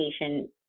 patient